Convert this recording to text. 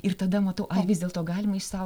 ir tada matau ar vis dėlto galima išsau